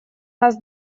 нас